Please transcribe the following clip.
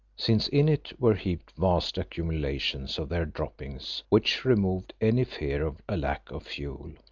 since in it were heaped vast accumulations of their droppings, which removed any fear of a lack of fuel.